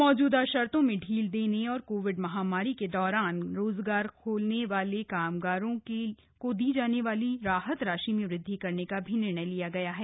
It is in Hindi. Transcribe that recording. मौजूदा शर्तों में ढील देने और कोविड महामारी के दौरान रोजगार खोने वाले कामगारों को दी जाने वाली राहत राशि में वृद्धि करने का भी निर्णय किया गया है